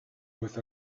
with